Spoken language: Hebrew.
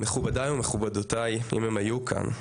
מכובדיי ומכובדותיי אם הם היו כאן,